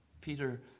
Peter